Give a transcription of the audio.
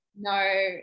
no